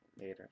Later